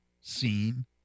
seen